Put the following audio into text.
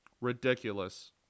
Ridiculous